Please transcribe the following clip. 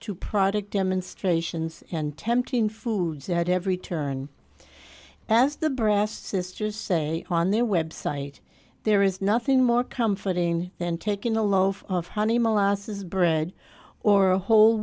to product demonstrations and tempting foods there at every turn as the brass sisters say on their website there is nothing more comforting than taking a loaf of honey molasses bread or a whole